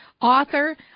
author